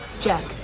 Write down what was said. Jack